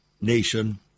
nation